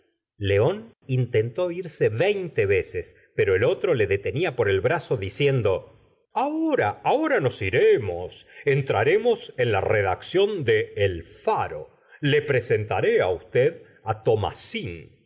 león intentó irse veinte veces pero el otro le detenia por el brazo diciendo ahora ahora nos iremos entraremos en la redacción de el fao lo presentaré á usted á thomassin por fin